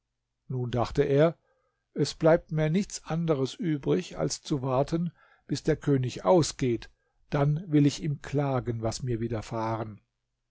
nun dachte er es bleibt mir nichts anderes übrig als zu warten bis der könig ausgeht dann will ich ihm klagen was mir widerfahren